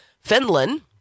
Finland